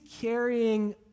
carrying